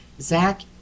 zach